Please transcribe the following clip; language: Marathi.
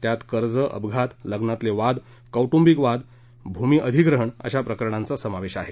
त्यात कर्ज अपघात लग्नातील वाद कौटुंबिक वाद भूमीअधिग्रहण अशा प्रकरणांचा समावेश आहे